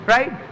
Right